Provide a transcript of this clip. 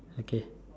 okay